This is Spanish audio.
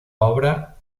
obra